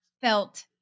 felt